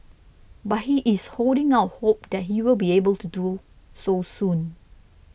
but he is holding out hope that he will be able to do so soon